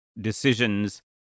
decisions